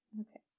Okay